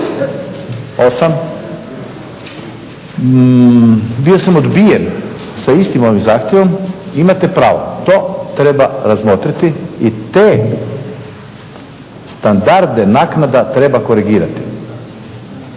8, bio sam odbijen sa istim ovim zahtjevom. Imate pravo, to treba razmotriti i te standarde naknada treba korigirati